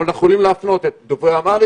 הם אמרו שהם יכולים להפנות את דוברי האמהרית